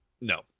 No